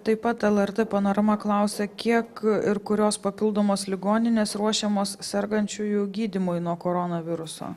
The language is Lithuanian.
taip pat lrt panorama klausia kiek ir kurios papildomos ligoninės ruošiamos sergančiųjų gydymui nuo koronaviruso